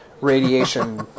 radiation